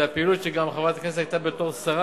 זו הפעילות שגם חברת הכנסת עשתה בתור שרה,